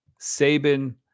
Saban